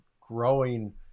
growing